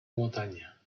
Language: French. montagne